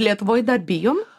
lietuvoje dar bijome a